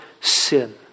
sin